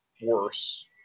worse